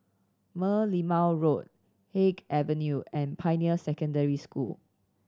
Merlimau Road Haig Avenue and Pioneer Secondary School